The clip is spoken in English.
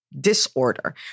disorder